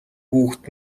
хүүхэд